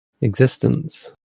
existence